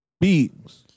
beings